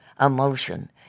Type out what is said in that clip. emotion